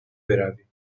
برویم